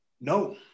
No